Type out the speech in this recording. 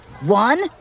One